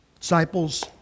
Disciples